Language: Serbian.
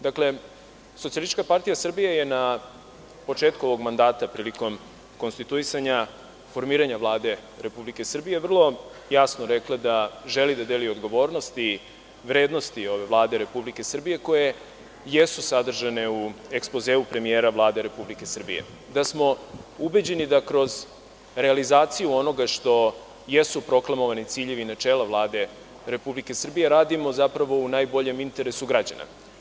Dakle, SPS je na početku ovog mandata, prilikom konstituisanja, formiranja Vlade Republike Srbije, vrlo jasno rekla da želi da deli odgovornosti i vrednosti ove Vlade Republike Srbije koje jesu sadržane u ekspozeu premijera Vlade Republike Srbije, da smo ubeđeni da kroz realizaciju onoga što jesu proklamovani ciljevi načela Vlade Republike Srbije radimo zapravo u najboljem interesu građana.